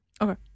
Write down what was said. Okay